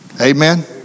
Amen